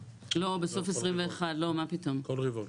לא, בסוף 2021. כל רבעון.